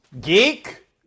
geek